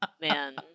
man